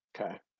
Okay